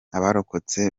abarokotse